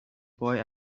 boy